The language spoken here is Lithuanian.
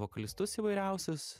vokalistus įvairiausius